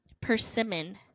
Persimmon